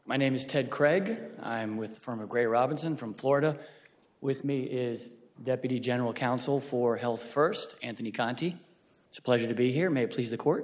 y name is ted craig i'm with from a gray robinson from florida with me is deputy general counsel for health first anthony conti it's a pleasure to be here may please the court